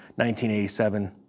1987